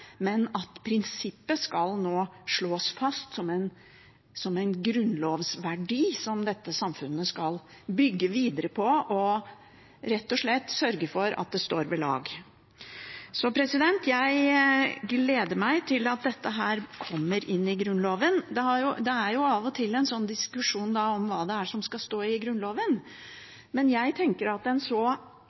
men at prinsippet nå skal slås fast som en grunnlovsverdi som dette samfunnet skal bygge videre på og rett og slett sørge for at står ved lag. Jeg gleder meg til dette kommer inn i Grunnloven. Det er av og til en diskusjon om hva det er som skal stå i Grunnloven, men jeg tenker at med en så